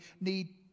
need